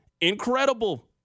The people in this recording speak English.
Incredible